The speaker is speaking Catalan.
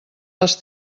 les